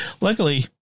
Luckily